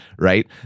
right